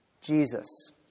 Jesus